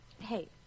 Hey